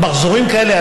על מחזורים כאלה,